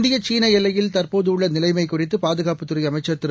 இந்திய சீன எல்லையில் தற்போது உள்ள நிலைமை குறித்து பாதுகாப்புத்துறை அமைச்சர் திரு